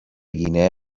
guinea